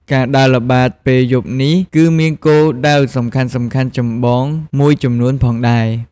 ការដើរល្បាតពេលយប់នេះ គឺមានគោលដៅសំខាន់ៗចម្បងមួយចំនួនផងដែរ។